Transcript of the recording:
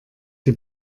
die